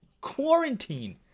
Quarantine